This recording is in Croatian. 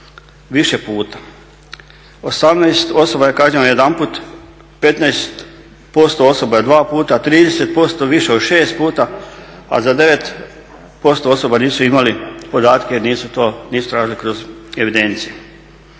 više puta. 18 osoba je kažnjeno jedanput, 15% osoba je dva puta, 30% više od šest puta a za 9% osoba nisu imali podatke jer nisu to, nisu tražili kroz evidencije.